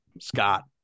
Scott